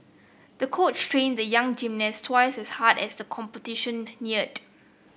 the coach trained the young gymnast twice as hard as the competition neared